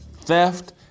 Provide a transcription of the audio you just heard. theft